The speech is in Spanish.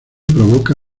provoca